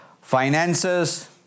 finances